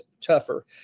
tougher